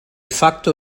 facto